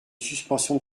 suspension